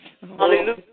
Hallelujah